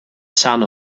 son